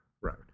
Right